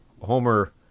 Homer